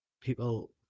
people